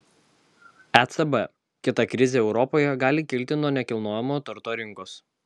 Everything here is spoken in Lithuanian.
ecb kita krizė europoje gali kilti nuo nekilnojamojo turto rinkos